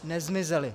Nezmizely.